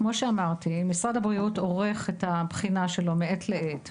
כמו שאמרתי: משרד הבריאות עורך את הבחינה שלו מעת לעת,